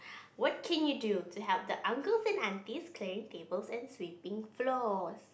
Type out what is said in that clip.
what can you do to help the uncles and aunties clear tables and sweeping floors